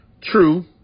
True